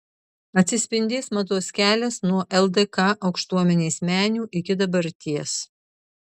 atsispindės mados kelias nuo ldk aukštuomenės menių iki dabarties